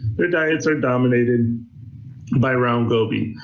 their diets are dominated by round goby.